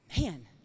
man